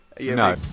No